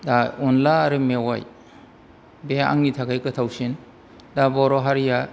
दा अनद्ला आरो मेवाइ बे आंनि थाखाय गोथावसिन दा बर' हारिया